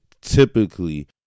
typically